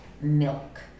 Milk